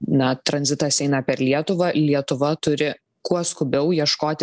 na tranzitas eina per lietuvą lietuva turi kuo skubiau ieškoti